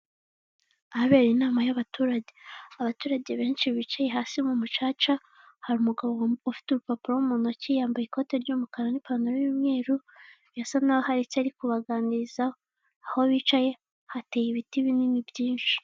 Ahabera inama y'abaturage abaturage benshi bicaye hasi mu mucaca, hari umugabo ufite urupapuro mu ntoki yambaye ikoti ry'umukara n'pantaro y'umweru, birasa naho hari icyo ari kubaganirizaho. Aho bicaye hateye ibiti binini byinshi.